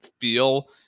feel